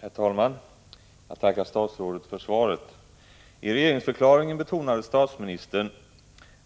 Herr talman! Jag tackar statsrådet för svaret. I regeringsförklaringen betonade statsministern